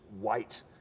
white